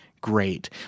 Great